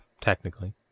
Technically